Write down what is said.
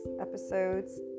Episodes